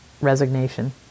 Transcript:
resignation